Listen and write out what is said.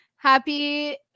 Happy